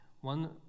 One